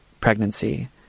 Pregnancy